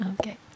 Okay